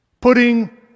putting